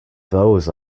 those